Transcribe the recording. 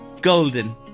Golden